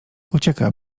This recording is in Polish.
ucieka